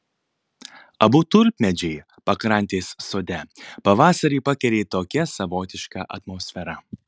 abu tulpmedžiai pakrantės sode pavasarį pakeri tokia savotiška atmosfera